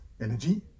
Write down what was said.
energy